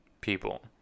people